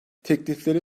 teklifleri